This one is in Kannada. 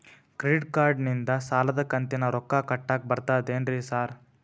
ಕ್ರೆಡಿಟ್ ಕಾರ್ಡನಿಂದ ಸಾಲದ ಕಂತಿನ ರೊಕ್ಕಾ ಕಟ್ಟಾಕ್ ಬರ್ತಾದೇನ್ರಿ ಸಾರ್?